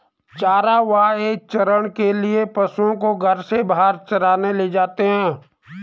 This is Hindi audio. चरवाहे चारण के लिए पशुओं को घर से बाहर चराने ले जाते हैं